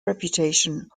reputation